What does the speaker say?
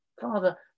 Father